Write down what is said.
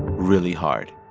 really hard